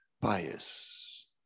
bias